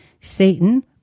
Satan